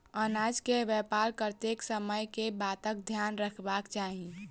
अनाज केँ व्यापार करैत समय केँ बातक ध्यान रखबाक चाहि?